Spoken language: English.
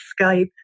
Skype